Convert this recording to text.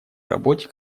работе